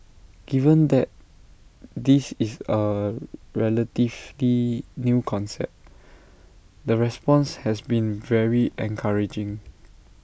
given that this is A relatively new concept the response has been very encouraging